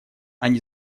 они